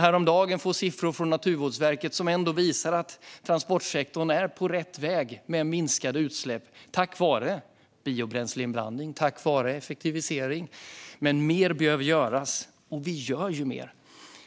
Häromdagen fick vi siffror från Naturvårdsverket som visar att utsläppen från transportsektorn minskar tack vare biobränsleinblandning och effektivisering. Men mer behöver göras - och vi gör mer.